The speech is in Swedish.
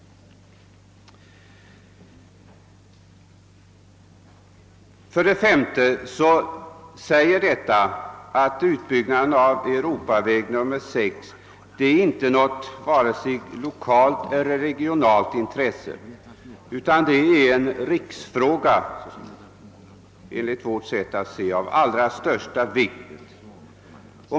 5. Enligt vår åsikt innebär detta att utbyggnaden av Europaväg 6 inte bara är ett lokalt eller regionalt intresse utan en riksfråga av allra största vikt.